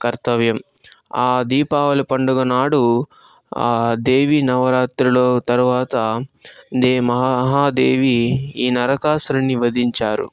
కర్తవ్యం ఆ దీపావళి పండుగ నాడు దేవి నవరాత్రులు తర్వాత మహా దేవి ఈ నరకాసురుడిని వధించారు